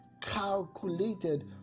calculated